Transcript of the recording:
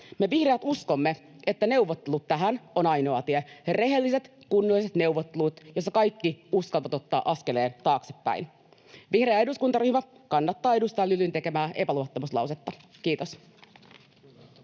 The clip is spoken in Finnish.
Me vihreät uskomme, että neuvottelut ovat tähän ainoa tie, rehelliset, kunnolliset neuvottelut, joissa kaikki uskaltavat ottaa askeleen taaksepäin. Vihreä eduskuntaryhmä kannattaa edustaja Lylyn tekemää epäluottamuslausetta. — Kiitos.